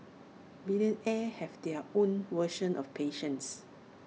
billionaires have their own version of patience